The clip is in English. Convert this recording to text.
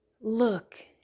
look